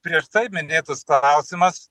prieš tai minėtas klausimas